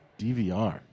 DVR